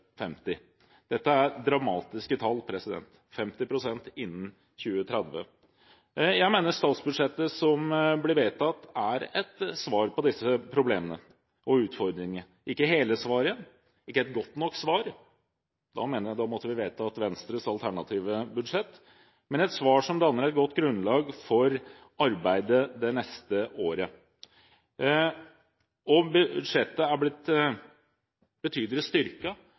Dette er dramatiske tall – 50 pst. innen 2030. Jeg mener at statsbudsjettet som ble vedtatt, er et svar på disse problemene og utfordringene. Det er ikke hele svaret, ikke et godt nok svar – da mener jeg vi måtte vedtatt Venstres alternative budsjett – men et svar som danner et godt grunnlag for arbeidet det neste året. Budsjettet er blitt betydelig